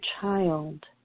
child